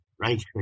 right